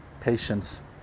patience